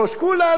כולנו.